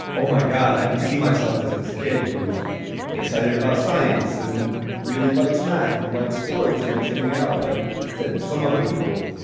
oh, my god, i can see myself as this kid who's excited about science and really likes math and like sports and likes hanging out. but to some other people,